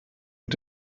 mit